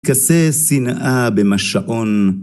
כזה שנאה במה שאון